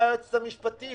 אני מבקש מהיועצת המשפטית.